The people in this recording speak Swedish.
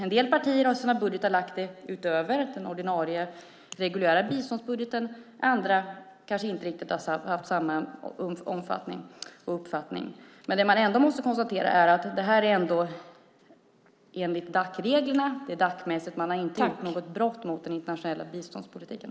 En del partier har i sina budgetar lagt det utöver den ordinarie biståndsbudgeten, andra har kanske inte riktigt samma uppfattning. Man måste ändå konstatera att det här är enligt Dacreglerna. Man har inte begått något brott mot den internationella biståndspolitiken.